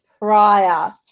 prior